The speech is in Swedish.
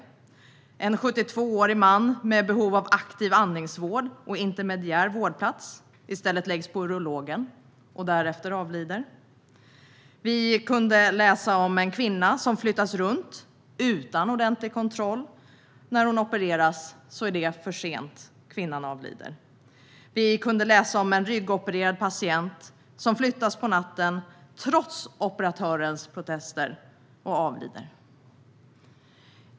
Vi kunde läsa om en 72-årig man med behov av aktiv andningsvård och intermediär vårdplats som i stället lades på urologen och därefter avled. Vi kunde läsa om en kvinna som flyttades runt utan ordentlig kontroll. När hon opererades var det för sent. Kvinnan avled. Vi kunde läsa om en ryggopererad patient som flyttades på natten trots operatörens protester och avled.